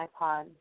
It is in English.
iPod